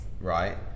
right